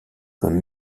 comme